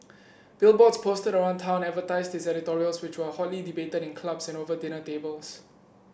billboards posted around town advertised his editorials which were hotly debated in clubs and over dinner tables